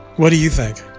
what do you think?